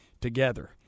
together